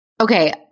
Okay